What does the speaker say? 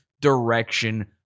direction